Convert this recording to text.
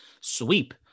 sweep